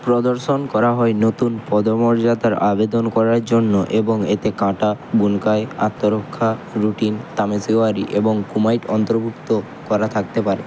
প্রদর্শন করা হয় নতুন পদমর্যাদার আবেদন করার জন্য এবং এতে কাটা বুনকাই আত্মরক্ষা রুটিন তামেশিওয়ারি এবং কুমাইট অন্তর্ভুক্ত করা থাকতে পারে